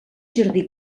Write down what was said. jardí